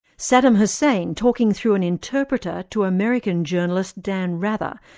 saddam hussein, talking through an interpreter to american journalist, dan rather,